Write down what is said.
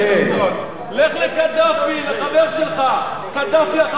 פאשיסט, כהניסט אחד.